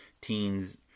Teens